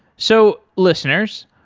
so, listeners,